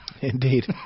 Indeed